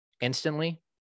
instantly